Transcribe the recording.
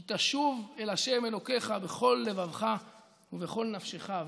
כי תשוב אל ה' אלוקיך בכל לבבך ובכל נפשך".